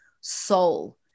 Soul